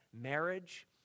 marriage